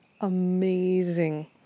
amazing